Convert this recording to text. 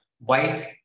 white